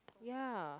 ya